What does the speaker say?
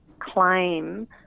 claim